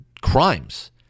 crimes